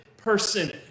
person